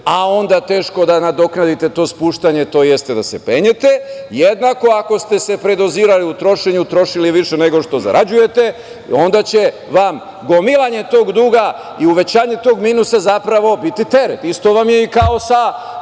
a onda teško da nadoknadite to spuštanje, tj. da se penjete, jednako ako ste se predozirali u trošenju, trošili više nego što zarađujete, onda će vam gomilanje tog duga i uvećanje tog minusa zapravo biti teret. Isto vam je kao i